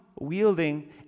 wielding